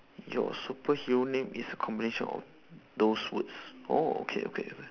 your superhero name is a combination of those words oh okay okay